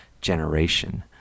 generation